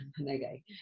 Okay